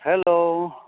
hello